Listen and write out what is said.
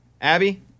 Abby